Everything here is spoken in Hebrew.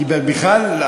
כי בכלל,